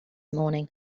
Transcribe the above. morning